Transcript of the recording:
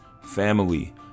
family